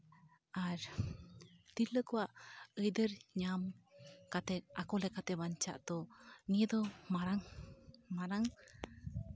ᱟᱨ ᱛᱤᱨᱞᱟᱹ ᱠᱚᱣᱟᱜ ᱟᱹᱭᱫᱟᱹᱨ ᱧᱟᱢ ᱠᱟᱛᱮ ᱟᱠᱚ ᱞᱮᱠᱟᱛᱮ ᱵᱟᱧᱪᱟᱜ ᱫᱚ ᱱᱤᱭᱟᱹ ᱫᱚ ᱢᱟᱲᱟᱝ ᱢᱟᱨᱟᱝ